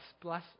bless